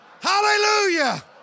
Hallelujah